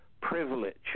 privilege